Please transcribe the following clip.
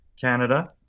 Canada